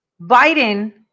Biden